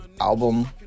album